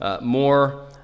more